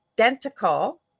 identical